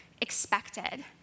expected